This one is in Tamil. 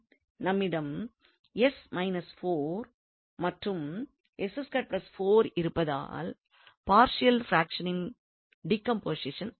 நம்மிடம் இருப்பதால் பார்ஷியல் பிராக்ஷனின் டீகம்போசிஷன் ஆகும்